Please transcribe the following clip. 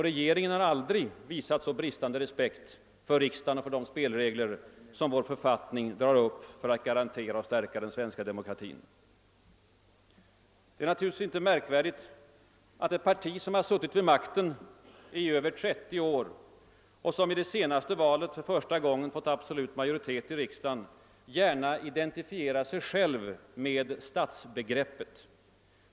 Regeringen har aldrig visat en sådan brist på respekt för riksdagen och för de spelregler som vår författning har för att garantera och stärka den svenska demokratin. Det är naturligtvis inte underligt att ett parti som suttit vid makten i över 30 år och som vid det senaste valet för första gången fått absolut majoritet i riksdagen gärna identifierar sig med statsbegreppet.